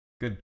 good